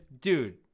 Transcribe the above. dude